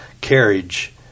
carriage